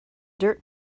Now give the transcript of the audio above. dirt